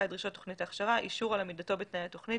את דרישות תוכנית ההכשרה אישור על עמידתו בתנאי התוכנית,